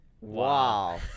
Wow